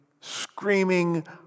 screaming